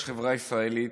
חברה ישראלית,